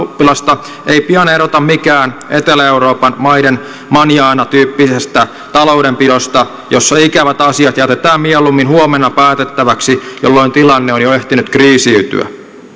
taloudenpitoa ei pian erota mikään etelä euroopan maiden manjana tyyppisestä taloudenpidosta jossa ikävät asiat jätetään mieluummin huomenna päätettäväksi jolloin tilanne on jo ehtinyt kriisiytyä